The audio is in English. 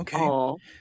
Okay